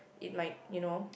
it might you know